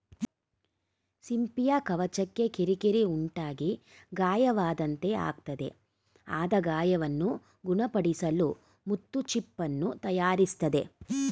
ಸಿಂಪಿಯ ಕವಚಕ್ಕೆ ಕಿರಿಕಿರಿ ಉಂಟಾಗಿ ಗಾಯವಾದಂತೆ ಆಗ್ತದೆ ಆದ ಗಾಯವನ್ನು ಗುಣಪಡಿಸಲು ಮುತ್ತು ಚಿಪ್ಪನ್ನು ತಯಾರಿಸ್ತದೆ